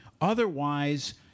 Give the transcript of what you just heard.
Otherwise